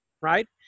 right